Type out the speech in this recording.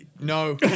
No